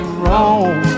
wrong